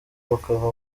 bakava